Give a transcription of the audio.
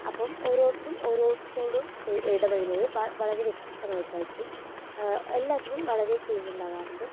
അപ്പം ഓരോരുത്തരും ഒരോരുത്തരോടും ഇടപഴകുന്നത് വളരെ വ്യത്യസ്തമായിട്ടായിരിക്കും എല്ലാത്തിലും വളരെ ചേഞ്ചുണ്ടാവാറുണ്ട്